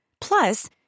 Plus